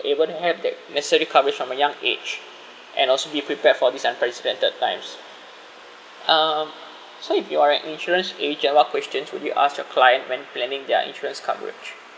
going to have that necessary coverage from a young age and also be prepared for this unprecedented times um so if you are an insurance agent what questions would you ask your client when planning their insurance coverage